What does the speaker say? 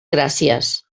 gràcies